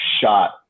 shot